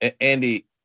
Andy